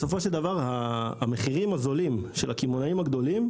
בסופו של דבר המחירים הזולים של הקמעונאים הגדולים,